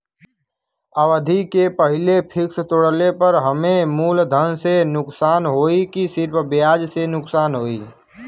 अवधि के पहिले फिक्स तोड़ले पर हम्मे मुलधन से नुकसान होयी की सिर्फ ब्याज से नुकसान होयी?